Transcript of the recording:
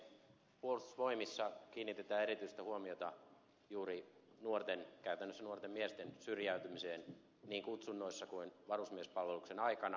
puolustusvoimissa kiinnitetään erityistä huomiota juuri nuorten käytännössä nuorten miesten syrjäytymiseen niin kutsunnoissa kuin varusmiespalveluksen aikana